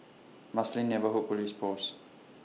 Marsiling Neighbourhood Police Post